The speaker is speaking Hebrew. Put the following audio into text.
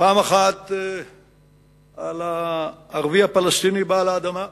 פעם אחת על הערבי הפלסטיני בעל האדמה.